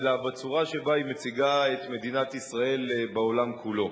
אלא בצורה שבה היא מציגה את מדינת ישראל בעולם כולו.